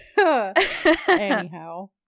Anyhow